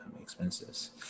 expenses